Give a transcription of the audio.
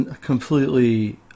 completely